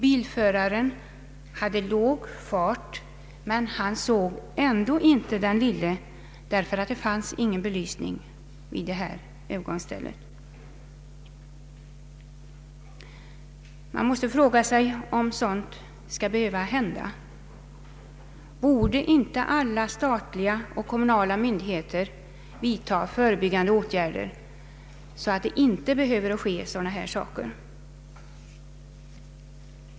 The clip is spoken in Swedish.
Bilföraren hade låg fart, men han såg ändå inte den lille eftersom det inte fanns någon belysning på detta övergångsställe. Man måste fråga sig om sådant skall behöva hända. Borde inte alla statliga och kommunala myndigheter vidta förebyggande åtgärder så att liknande händelser inte behöver ske?